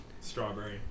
Strawberry